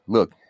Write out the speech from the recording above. Look